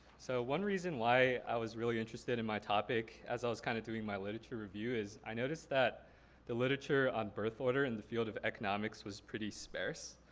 so one reason why i was really interested in my topic as i was kind of doing my literature review is i noticed that the literature on birth order in the field of economics was pretty sparse.